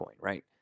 right